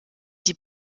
die